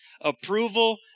approval